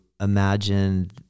imagine